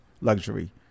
luxury